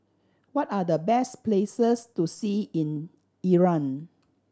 what are the best places to see in Iran